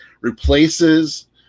replaces